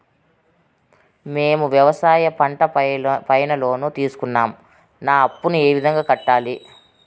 మేము వ్యవసాయ పంట పైన లోను తీసుకున్నాం నా అప్పును ఏ విధంగా కట్టాలి